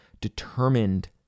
determined